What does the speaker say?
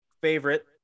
favorite